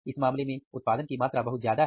इस मामले में उत्पादन की मात्रा बहुत ज्यादा है